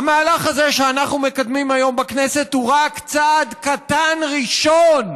המהלך הזה שאנחנו מקדמים היום בכנסת הוא רק צעד קטן ראשון,